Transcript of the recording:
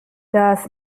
das